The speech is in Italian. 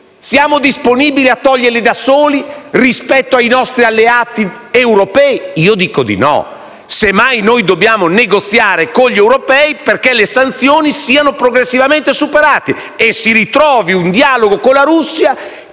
Siamo disponibili a toglierle da soli rispetto ai nostri alleati europei? Io dico di no. Semmai dobbiamo negoziare con gli europei perché le sanzioni siano progressivamente superate e si ritrovi un dialogo con la Russia,